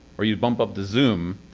or you bump up the zoom,